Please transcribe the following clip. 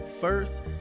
First